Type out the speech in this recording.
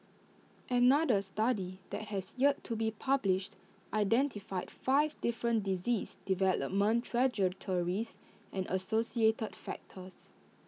another study that has yet to be published identified five different disease development trajectories and associated factors